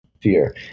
fear